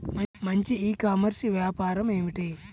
మంచి e commerce వ్యాపారం ఏమిటీ?